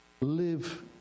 live